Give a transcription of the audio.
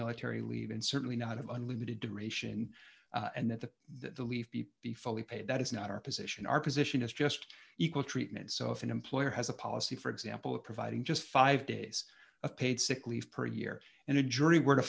military leave and certainly not of unlimited duration and that the the leave be fully paid that is not our position our position is just equal treatment so if an employer has a policy for example of providing just five days of paid sick leave per year and a jury were to